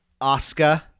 Oscar